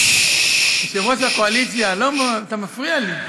יושב-ראש הקואליציה, אתה מפריע לי.